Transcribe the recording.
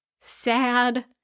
sad